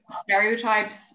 stereotypes